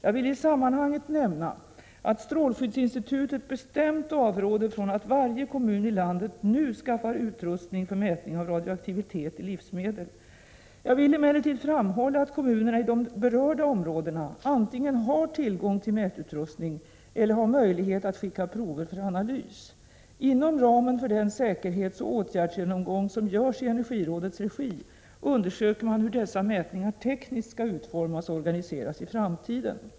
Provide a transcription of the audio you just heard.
Jag vill i sammanhanget nämna att strålskyddsinstitutet bestämt avråder från att varje kommun i landet nu skaffar utrustning för mätning av radioaktivitet i livsmedel. Jag vill emellertid framhålla att kommunerna i de berörda områdena antingen har tillgång till mätutrustning eller har möjlighet att skicka prover för analys. Inom ramen för den säkerhetsoch åtgärdsgenomgång som görs i energirådets regi undersöker man hur dessa mätningar tekniskt skall utformas och organiseras i framtiden.